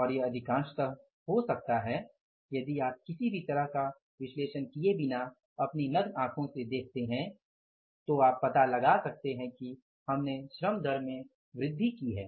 और यह अधिकांशतः हो सकता है यदि आप किसी भी तरह का विश्लेषण किए बिना अपनी नग्न आंखों से देखते हैं तो आप पता लगा सकते हैं कि हमने श्रम दर में वृद्धि की है